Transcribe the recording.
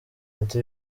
ati